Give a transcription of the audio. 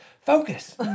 focus